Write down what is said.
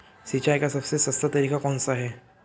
सिंचाई का सबसे सस्ता तरीका कौन सा है?